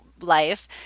life